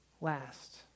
last